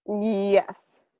Yes